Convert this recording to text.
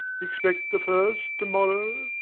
expect the first to-morrow,